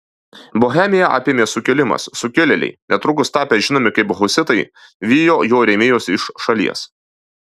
bohemiją apėmė sukilimas sukilėliai netrukus tapę žinomi kaip husitai vijo jo rėmėjus iš šalies